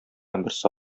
берсе